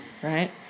Right